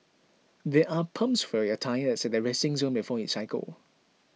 there are pumps for your tyres at the resting zone before you cycle